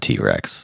T-Rex